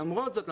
למרות זאת,